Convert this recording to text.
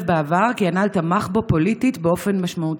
בעבר כי הנ"ל תמך בו פוליטית באופן משמעותי.